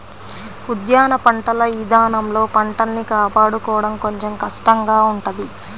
ఉద్యాన పంటల ఇదానంలో పంటల్ని కాపాడుకోడం కొంచెం కష్టంగా ఉంటది